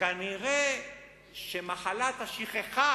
וכנראה מחלת השכחה